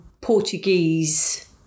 portuguese